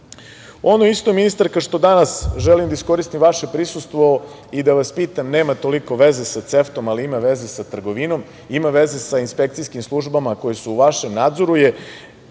isto, ministarka, što želim da iskoristim vaše prisustvo i da vas pitam, nema toliko veze sa CEFTA, ali ima veze sa trgovinom, ima veze sa inspekcijskim službama koje su u vašem nadzoru je